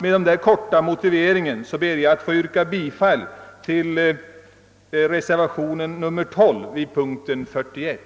Med denna korta motivering ber jag att få yrka bifall till reservation 12 vid punkten 41.